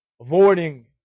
avoiding